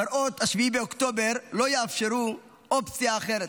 מראות 7 באוקטובר לא יאפשרו אופציה אחרת.